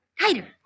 Tighter